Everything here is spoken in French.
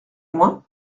loin